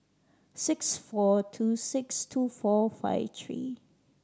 six four two six two four five three